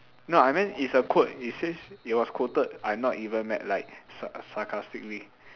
no I meant it's a quote it says it was quoted I'm not even mad like sa~ sarcastically